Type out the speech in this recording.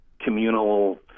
communal